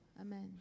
Amen